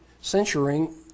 censuring